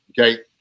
okay